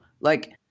Like-